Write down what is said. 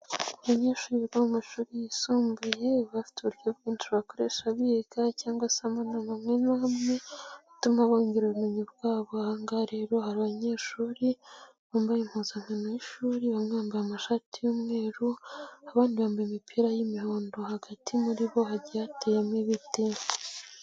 Abanyeshuri biga mu mashuri yisumbuye, baba bafite uburyo bwinshi bakoresha biga cyangwa se ubumenyi bumwe na bumwe butuma bongera ubumenyi bwabo, ahangaha rero hari abanyeshuri bambaye impuzankano y'ishuri, bamwe bambaye amashati y'umweru, abandi bambaye imipira y'imihondo, hagati muri bo hagiye hateyemo ibiti.